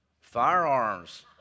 Firearms